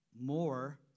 more